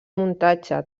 muntatge